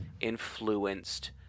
influenced